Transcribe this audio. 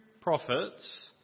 prophets